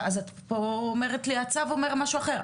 ואז את פה אומרת לי הצו אומר משהו אחר.